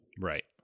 Right